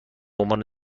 عنوان